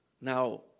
Now